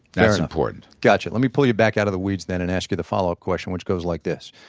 that's important gotcha. let me pull you back out of the weeds then and ask you the follow-up question, which goes like this